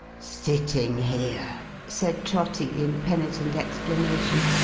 sitting here said trotty, in penitent explanation,